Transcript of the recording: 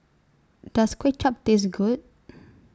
Does Kuay Chap Taste Good